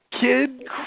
Kid